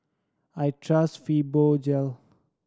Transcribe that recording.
I trust Fibogel